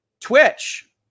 Twitch